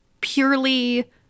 purely